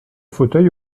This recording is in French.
fauteuil